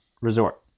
resort